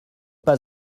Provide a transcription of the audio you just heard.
pas